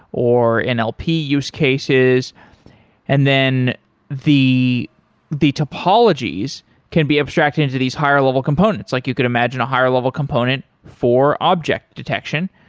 or and nlp use cases and then the the topologies can be abstracted into these higher-level components. like you could imagine a higher-level component for object detection.